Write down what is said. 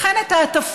לכן את ההטפות,